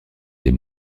des